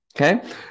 okay